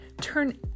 turn